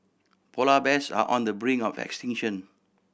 polar bears are on the brink of extinction